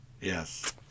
Yes